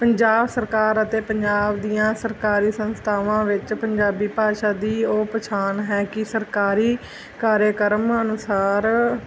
ਪੰਜਾਬ ਸਰਕਾਰ ਅਤੇ ਪੰਜਾਬ ਦੀਆਂ ਸਰਕਾਰੀ ਸੰਸਥਾਵਾਂ ਵਿੱਚ ਪੰਜਾਬੀ ਭਾਸ਼ਾ ਦੀ ਉਹ ਪਛਾਣ ਹੈ ਕਿ ਸਰਕਾਰੀ ਕਾਰਿਆ ਕਰਮ ਅਨੁਸਾਰ